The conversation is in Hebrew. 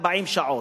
40 שעות,